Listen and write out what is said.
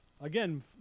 Again